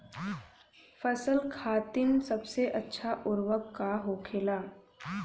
फसल खातीन सबसे अच्छा उर्वरक का होखेला?